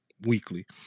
weekly